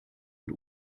und